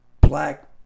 black